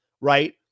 Right